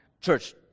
Church